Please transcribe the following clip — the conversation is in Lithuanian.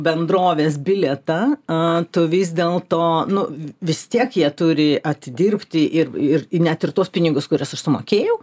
bendrovės bilietą a tu vis dėl to nu vis tiek jie turi atidirbti ir ir net ir tuos pinigus kuriuos aš sumokėjau